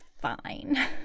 fine